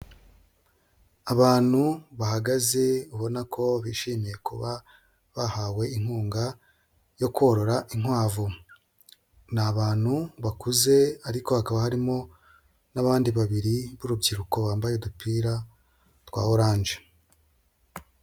Abantu bahagaze ubona ko bishimiye kuba bahawe inkunga yo korora inkwavu, ni abantu bakuze ariko hakaba harimo n'abandi babiri b'urubyiruko bambaye udupira twa oranje.